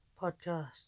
podcast